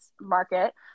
market